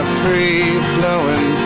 free-flowing